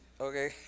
Okay